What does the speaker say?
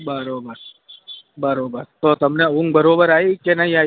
બરાબર બરાબર તો તમને ઊંઘ બરાબર આવી કે નહીં આવી